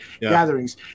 gatherings